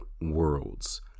worlds